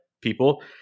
people